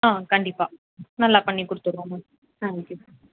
ஆ கண்டிப்பாக நல்லா பண்ணிக் கொடுத்துர்றோம் மேம் தேங்க் யூ